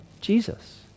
Jesus